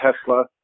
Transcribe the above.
Tesla